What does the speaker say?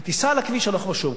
היא תיסע על הכביש הלוך ושוב.